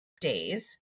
days